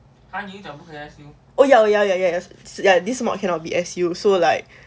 oh ya ya ya ya ya ya this mod cannot be S_U so like